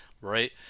right